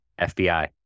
FBI